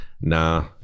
nah